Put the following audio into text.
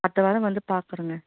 அடுத்த வாரம் வந்து பார்க்குறேங்க